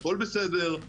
הכול בסדר,